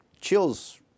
chills